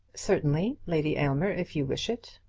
certainly, lady aylmer if you wish it.